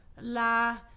La